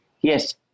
Yes